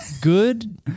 good